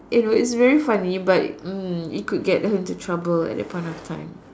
you know it's very funny but mm it could get her into trouble at that point of time